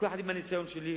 כל אחד עם הניסיון שלו,